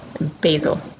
Basil